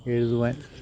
എഴുതുവാൻ